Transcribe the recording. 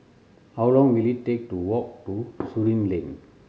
how long will it take to walk to Surin Lane